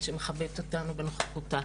שמכבדת אותנו בנוכחותה